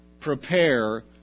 prepare